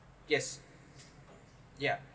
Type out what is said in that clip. yes yeah